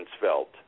felt